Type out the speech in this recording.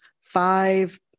five